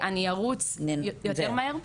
אני ארוץ יותר מהר.